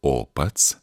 o pats